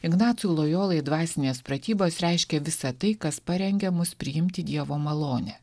ignacui lojolai dvasinės pratybos reiškė visą tai kas parengia mus priimti dievo malonę